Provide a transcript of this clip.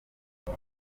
iyi